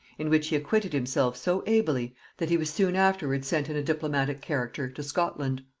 in which he acquitted himself so ably that he was soon afterwards sent in a diplomatic character to scotland.